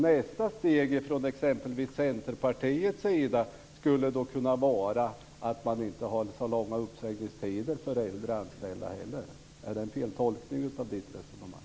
Nästa steg från exempelvis Centerpartiets sida skulle då kunna vara att man inte heller har så långa uppsägningstider för äldre anställda. Är det en feltolkning av Margareta Anderssons resonemang?